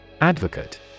Advocate